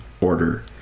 order